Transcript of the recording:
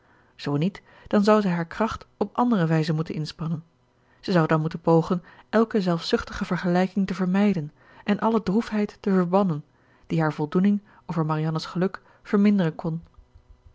zoo niet dan zou zij haar kracht op andere wijze moeten inspannen zij zou dan moeten pogen elke zelfzuchtige vergelijking te vermijden en alle droefheid te verbannen die haar voldoening over marianne's geluk verminderen kon